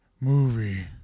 movie